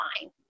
fine